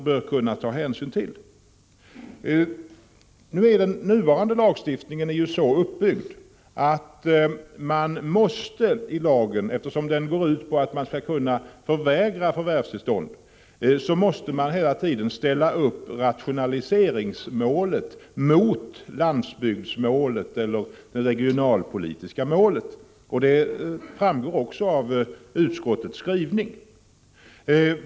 Eftersom lagen går ut på att förvärvstillstånd skall kunna förvägras, måste man hela tiden ställa rationaliseringsmålet mot landsbygdsmålet eller det regionalpolitiska målet. Det framgår också av utskottets skrivning.